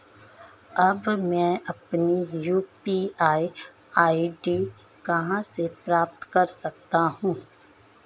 अब मैं अपनी यू.पी.आई आई.डी कहां से प्राप्त कर सकता हूं?